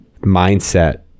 mindset